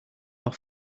off